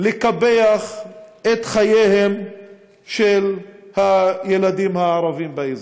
לקפח את חייהם של הילדים הערבים באזור.